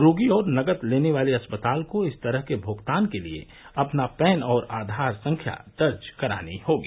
रोगी और नकद लेने वाले अस्पताल को इस तरह के भुगतान के लिए अपना पैन और आधार संख्या दर्ज करानी होगी